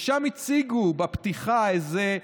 שם הציגו בפתיחה איזה ציור,